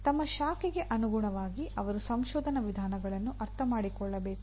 ತಮ್ಮ ಶಾಖೆಗೆ ಅನುಗುಣವಾಗಿ ಅವರು ಸಂಶೋಧನಾ ವಿಧಾನಗಳನ್ನು ಅರ್ಥಮಾಡಿಕೊಳ್ಳಬೇಕು